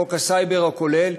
חוק הסייבר הכולל,